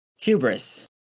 Hubris